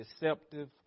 deceptive